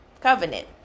covenant